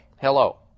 Hello